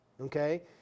okay